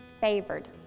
favored